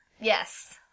Yes